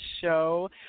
show